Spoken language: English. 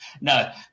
No